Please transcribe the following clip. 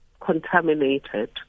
contaminated